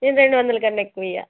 నేను రెండు వందలు కన్నా ఎక్కువ ఇవ్వను